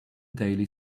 daily